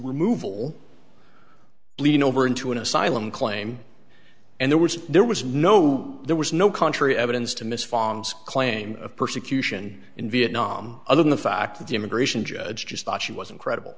removal leading over into an asylum claim and there was there was no there was no contrary evidence to miss funks claim of persecution in vietnam other than the fact that the immigration judge just thought she wasn't credible